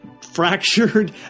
fractured